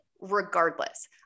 regardless